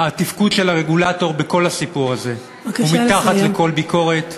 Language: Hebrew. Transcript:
התפקוד של הרגולטור בכל הסיפור הזה הוא מתחת לכל ביקורת.